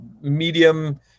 medium